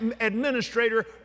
administrator